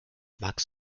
magst